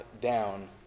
down